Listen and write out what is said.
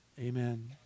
amen